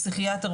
פסיכיאטר,